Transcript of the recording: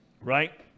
right